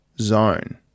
Zone